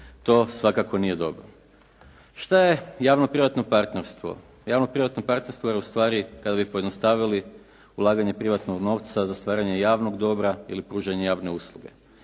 to svakako nije dobro. Šta je javno-privatno partnerstvo? Javno-privatno partnerstvo je ustvari kada bi pojednostavili, ulaganje privatnog novca za stvaranje javnog dobra ili pružanje javne usluge.